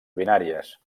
binàries